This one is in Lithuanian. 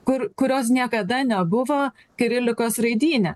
kur kurios niekada nebuvo kirilikos raidyne